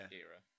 era